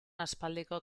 aspaldiko